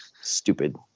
stupid